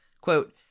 Quote